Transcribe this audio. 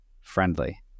friendly